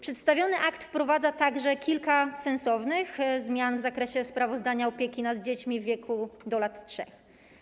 Przedstawiony akt wprowadza także kilka sensownych zmian w zakresie sprawowania opieki nad dziećmi w wieku do lat 3.